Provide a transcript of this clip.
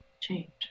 change